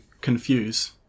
confuse